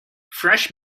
fresh